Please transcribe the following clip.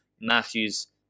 Matthews